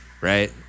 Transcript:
right